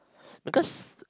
because